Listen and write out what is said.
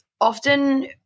often